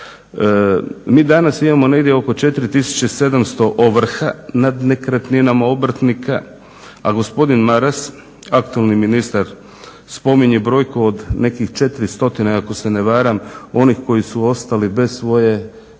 Mi danas imamo negdje oko 4700 ovrha nad nekretninama obrtnika, a gospodin Maras aktualni ministar spominje brojku od nekih 400 ako se ne varam onih koji su ostali bez svoje imovine